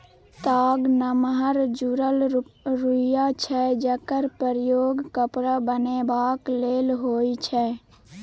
ताग नमहर जुरल रुइया छै जकर प्रयोग कपड़ा बनेबाक लेल होइ छै